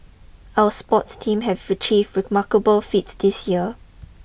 our sports team have achieved remarkable feats this year